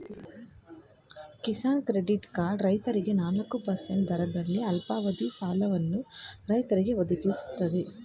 Kisan credit card ರೈತರಿಗೆ ನಾಲ್ಕು percent ದರದಲ್ಲಿ ಅಲ್ಪಾವಧಿ ಸಾಲವನ್ನು ರೈತರಿಗೆ ಒದಗಿಸ್ತದೆ